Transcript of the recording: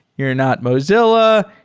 you're not mozi lla.